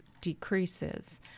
decreases